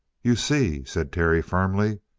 you see, said terry firmly,